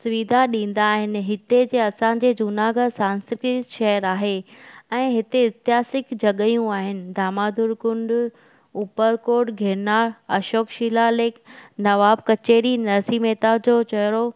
सुविधा ॾींदा आहिनि हिते जे असांजे जूनागढ़ सांस्कृति शहर आहे ऐं हिते एतिहासिक जॻहियूं आहिनि दामादूर कुंड उपर कोट गिरनार अशोक शीला लेक नवाब कचहरी नर्सी मेहता जो चेहरो